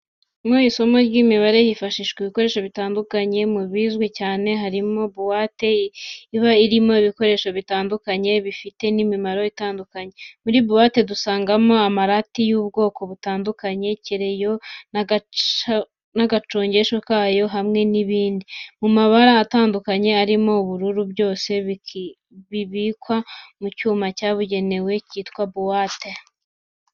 Mu isomo ry'imibare hifashishwa ibikoresho bitandukanye. Mu bizwi cyane harimo buwate iba irimo ibindi bikoresho bitandukanye, bifite n'imimaro itandukanye. Muri buwate dusangamo amarati y'ubwoko butandukanye, kereyo n'agacongesho kayo, hamwe n'ibindi. Mu mabara atandukanye arimo ubururu, byose bibikwa mu cyuma cyabugenewe cyitwa buwate.